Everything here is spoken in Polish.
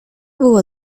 była